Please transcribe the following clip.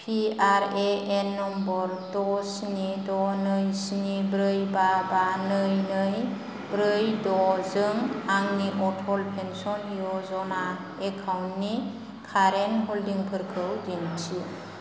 P R A N number द' स्नि द' नै स्नि ब्रै बा बा नै नै ब्रै द' जों आंनि अटल पेन्सन य'जना एकाउन्ट नि कारेन्ट हल्डिं फोरखौ दिन्थि